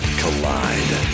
collide